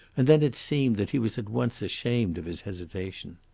and then it seemed that he was at once ashamed of his hesitation.